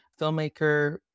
filmmaker